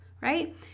right